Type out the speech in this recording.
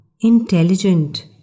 intelligent